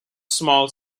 small